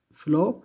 flow